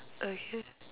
again